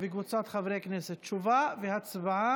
וקבוצת חברי הכנסת, תשובה והצבעה.